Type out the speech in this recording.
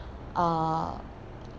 uh